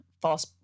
false